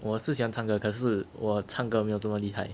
我是想唱歌可是我唱歌没有这么厉害